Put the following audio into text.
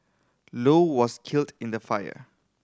low was killed in the fire